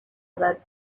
about